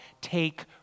take